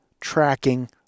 tracking